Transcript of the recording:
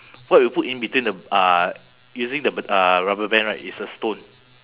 what we put in between the uh using the b~ uh rubber band right is a stone